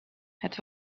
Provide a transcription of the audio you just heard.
het